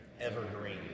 ever-green